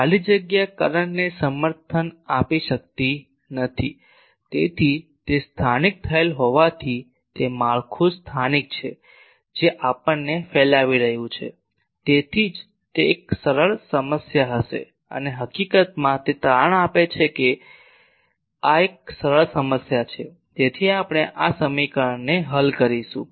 ખાલી જગ્યા કરંટ ને સમર્થન આપી શકતી નથી તેથી તે સ્થાનિક થયેલ હોવાથી તે માળખું સ્થાનિક છે જે આપણને ફેલાવી રહ્યું છે તેથી જ તે એક સરળ સમસ્યા હશે અને હકીકતમાં તે તારણ આપે છે કે આ એક સરળ સમસ્યા છે જેથી આપણે આ સમીકરણને હલ કરીશું